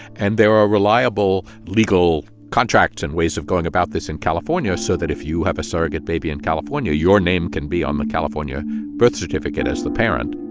and there are reliable legal contracts and ways of going about this in california so that if you have a surrogate baby in california, your name can be on the california birth certificate as the parent